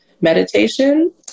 meditation